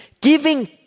giving